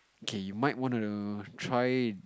okay you might wanna try